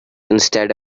instead